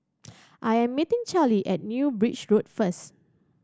I am meeting Carlie at New Bridge Road first